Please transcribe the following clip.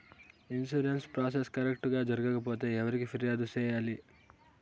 insurance process correct గా జరగకపోతే ఎవరికి ఫిర్యాదు సేయాలి